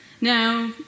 Now